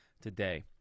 today